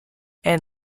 and